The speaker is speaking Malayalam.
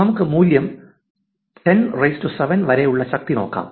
നമുക്ക് മൂല്യം 107 വരെയുള്ള ശക്തി നോക്കാം